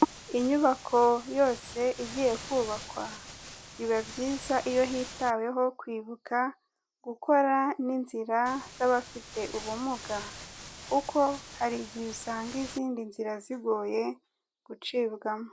Inyubako yose igiye kubakwa, biba byiza iyo hitaweho kwibuka gukora n'inzira z'abafite ubumuga kuko hari igihe usanga izindi nzira zigoye gucibwamo.